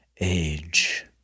age